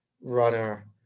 runner